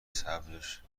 صبرش